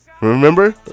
Remember